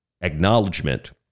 acknowledgement